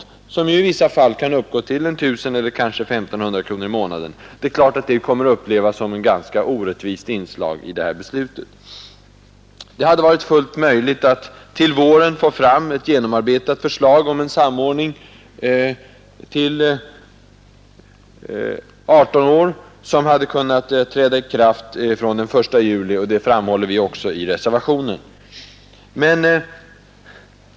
Den kan ju i vissa fall uppgå till 1 000 eller kanske 1 500 kronor i månaden. Det är klart att det kommer att upplevas som ett ganska orättvist inslag i det här beslutet. Det hade varit fullt möjligt att till våren få fram ett genomarbetat förslag om en samordning till 18 år som hade kunnat träda i kraft från den 1 juli och det framhåller vi också i reservationen 4.